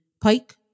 Pike